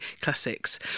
Classics